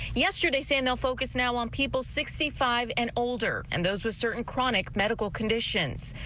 yesterday saying the focus now on people sixty five and older and those with certain chronic medical conditions.